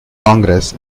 congress